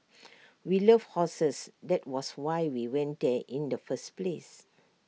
we love horses that was why we went there in the first place